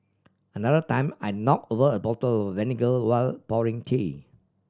another time I knock over a bottle vinegar while pouring tea